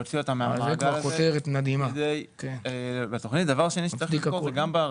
בעבר ולא כל בתי החולים ניגשו.